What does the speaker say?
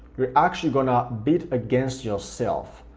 you're actually gonna bid against yourself.